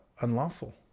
unlawful